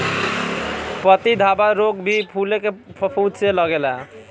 पत्ती धब्बा रोग भी फुले में फफूंद से लागेला